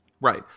Right